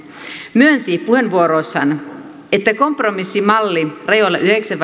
myönsi puheenvuorossaan että kompromissimalli rajoilla yhdeksän